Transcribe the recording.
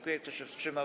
Kto się wstrzymał?